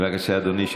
בבקשה, אדוני.